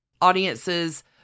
Audiences